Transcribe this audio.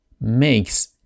makes